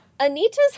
Anita's